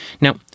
Now